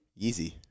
Yeezy